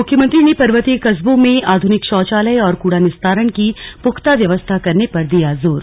मुख्यमंत्री ने पर्वतीय कस्बों में आध्निक शौचालय और कूड़ा निस्तारण की पुख्ता व्यवस्था करने पर दिया जोर